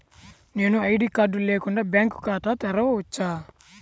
నేను ID card లేకుండా bank ఖాతా తెరవచ్చా?